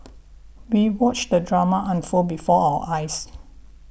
we watched the drama unfold before our eyes